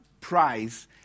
price